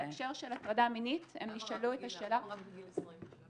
בהקשר של הטרדה מינית הם נשאלו את השאלה -- למה רק מגיל 20?